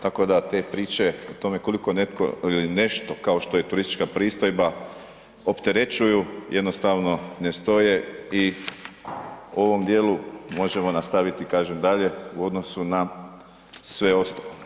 Tako da te priče o tome koliko netko ili nešto kao što je turistička pristojba opterećuju jednostavno ne stoje i u ovom dijelu možemo nastaviti kažem dalje u odnosu na sve ostalo.